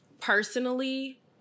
personally